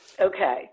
Okay